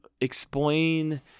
explain